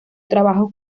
trabajos